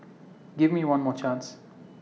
give me one more chance